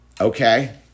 Okay